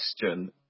question